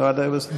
ועדה משותפת.